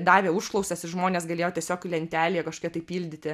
darė užklausas ir žmonės galėjo tiesiog lentelėje kažkokioj tai pildyti